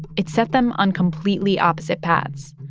it set them on completely opposite paths.